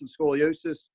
scoliosis